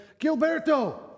Gilberto